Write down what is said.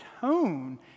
tone